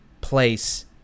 place